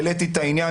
העליתי את העניין